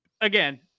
again